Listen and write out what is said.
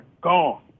gone